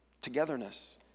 togetherness